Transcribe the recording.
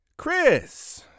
Chris